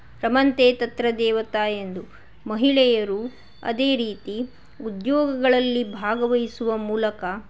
ರಮಂತೆ ತತ್ರ ದೇವತಾಃ ಎಂದು ಮಹಿಳೆಯರು ಅದೇ ರೀತಿ ಉದ್ಯೋಗಗಳಲ್ಲಿ ಭಾಗವಹಿಸುವ ಮೂಲಕ